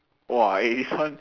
!wah! eh this one